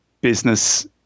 business